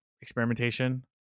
experimentation